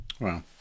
Wow